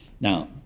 Now